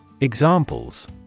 Examples